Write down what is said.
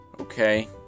Okay